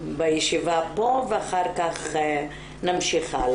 בישיבה פה ואחר כך נמשיך הלאה.